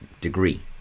degree